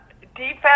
defense